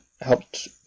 helped